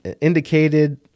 indicated